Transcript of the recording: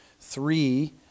three